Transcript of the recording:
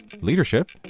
leadership